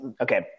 Okay